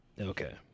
Okay